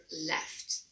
left